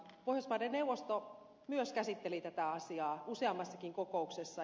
pohjoismaiden neuvosto myös käsitteli tätä asiaa useammassakin kokouksessa